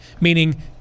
meaning